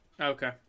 Okay